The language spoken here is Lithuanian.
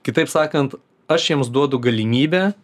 kitaip sakant aš jiems duodu galimybę